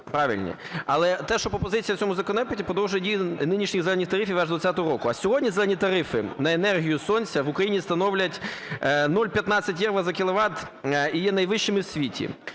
правильні. Але те, що пропозиція в цьому законопроекті подовжує дію нинішніх "зелених" тарифів аж до 20-го року. А сьогодні "зелені" тарифи на енергію сонця в Україні становлять 0,15 євро за кіловат і є найвищими в світі.